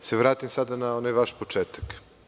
Da se vratim sada na onaj vaš početak.